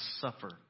suffer